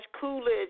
Coolidge